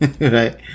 right